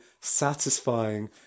satisfying